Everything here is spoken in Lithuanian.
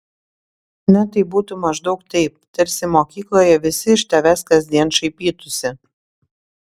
na tai būtų maždaug taip tarsi mokykloje visi iš tavęs kasdien šaipytųsi